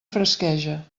fresqueja